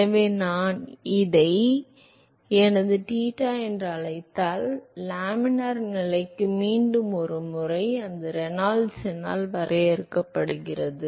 எனவே நான் இதை எனது தீட்டா என்று அழைத்தால் லேமினார் நிலைக்கு மீண்டும் ஒருமுறை அது ரெனால்ட்ஸ் எண்ணால் வரையறுக்கப்படுகிறது